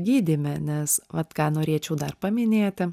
gydyme nes vat ką norėčiau dar paminėti